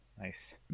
Nice